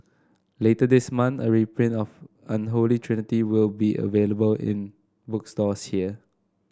later this month a reprint of Unholy Trinity will be available in bookstores here